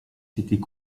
s’était